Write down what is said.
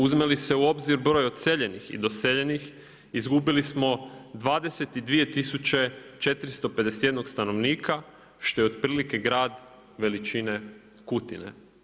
Uzme li se u obzir broj odseljenih i doseljenih, izgubili smo 22 tisuće 451 stanovnika što je otprilike grad veličine Kutine.